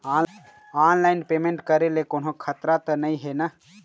Online payment करे ले कोन्हो खतरा त नई हे न?